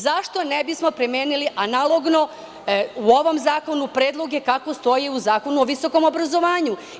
Zašto ne bismo primenili analogno u ovom zakonu predloge kako stoji u Zakonu o visokom obrazovanju?